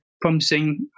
promising